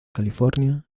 california